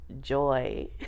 joy